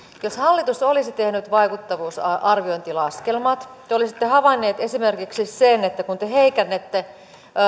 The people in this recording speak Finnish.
jos hallitus olisi tehnyt vaikuttavuusarviointilaskelmat te olisitte havainneet esimerkiksi sen että kun te heikennätte